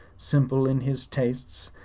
simple in his tastes,